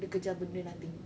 dia kejar benda nothing